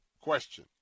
question